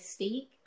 mystique